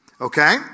Okay